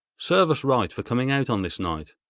serve us right for coming out on this night!